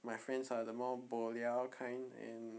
my friends are the more boliao kind and